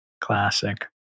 Classic